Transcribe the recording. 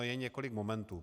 Je několik momentů.